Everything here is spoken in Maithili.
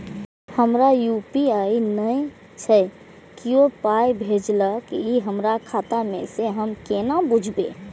हमरा यू.पी.आई नय छै कियो पाय भेजलक यै हमरा खाता मे से हम केना बुझबै?